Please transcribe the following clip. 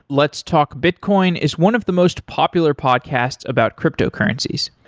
let's talk bitcoin is one of the most popular podcasts about cryptocurrencies.